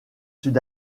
sud